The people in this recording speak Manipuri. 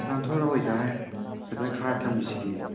ꯂꯥꯟꯊꯣꯔꯛꯑꯣꯏꯗ ꯍꯩ ꯐꯖꯅ ꯈꯥꯔꯒ ꯊꯝꯃꯤꯁꯤꯗꯤ